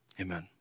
amen